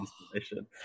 installation